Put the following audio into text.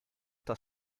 das